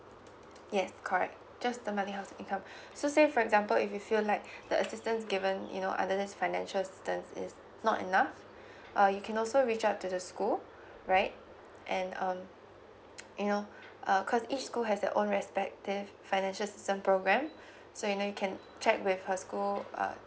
yes correct just the monthly household incoem so says for example if you feel like the assistance given you know under this financial assistance is not enough uh you can also reach out to the school right and um you know err cause each school has their own respective financial assistance programme so you know you can check with her school uh